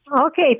Okay